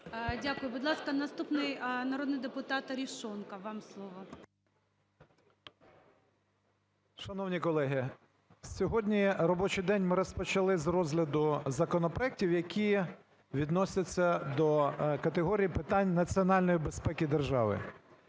Дякую. Будь ласка, наступний – народний депутатАрешонков, вам слово. 13:07:06 АРЕШОНКОВ В.Ю. Шановні колеги, сьогодні робочій день ми розпочали з розгляду законопроектів, які відносяться до категорії питань національної безпеки держави.